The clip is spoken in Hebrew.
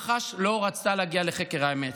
מח"ש לא רצתה להגיע לחקר האמת,